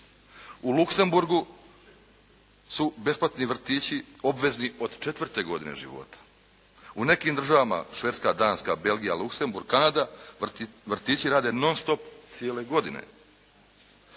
U Luksemburgu su besplatni vrtići obvezni od 4. godine života. U nekim državama, Švedska, Danska, Belgija, Luksemburg, Kanada vrtići rade non stop cijele godine.